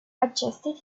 adjusted